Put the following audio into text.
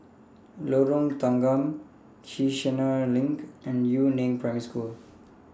Lorong Tanggam Kiichener LINK and Yu Neng Primary School